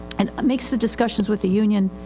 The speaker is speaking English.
and it makes the discussions with the union,